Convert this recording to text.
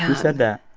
and said that?